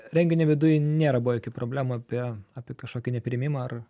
renginio viduj nėra buvę jokių problemų apie apie kažkokį nepriėmimą ar